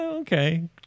Okay